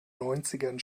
neunzigern